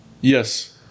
Yes